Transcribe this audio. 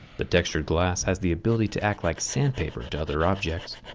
the textured glass has the ability to act like sandpaper to other objects.